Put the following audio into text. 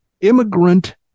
immigrant